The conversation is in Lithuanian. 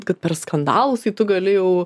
kad per skandalus tai tu gali jau